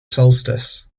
solstice